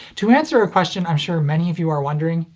to answer a question i'm sure many of you are wondering,